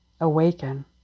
awaken